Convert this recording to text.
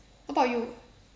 how about you